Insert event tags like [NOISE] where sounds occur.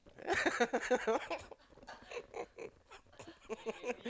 [LAUGHS]